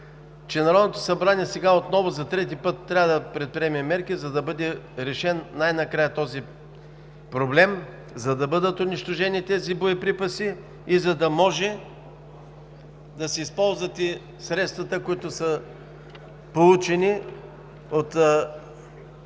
Народното събрание сега отново, за трети път, трябва да предприеме мерки, за да бъде решен най-накрая този проблем, за да бъдат унищожени тези боеприпаси и за да може да се използват средствата, получени от